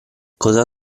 cosa